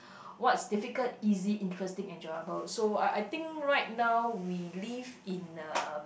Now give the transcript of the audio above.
what's difficult easy interesting enjoyable so I I think right now we live in a